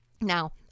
Now